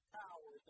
power